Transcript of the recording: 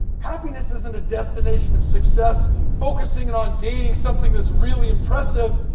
happiness isn't a destination of success focusing in on gaining something that's really impressive,